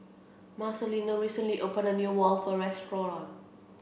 Marcelino recently opened a new Waffle Restaurant